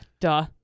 duh